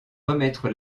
remettre